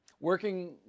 working